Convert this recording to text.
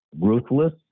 ruthless